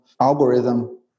algorithm